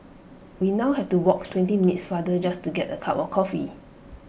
we now have to walk twenty minutes farther just to get A cup of coffee